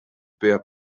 püüab